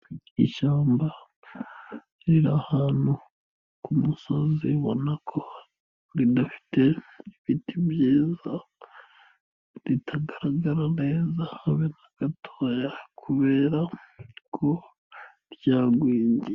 Ishyamba riri ahantu ku musozi ubona ko ridafite ibiti byiza, ritagaragara neza habe na gatoya kubera ko ryagwingiye.